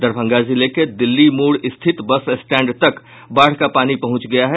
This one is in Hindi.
दरभंगा जिले के दिल्ली मोड़ स्थित बस स्टैंड तक बाढ़ का पानी पहुंच गया है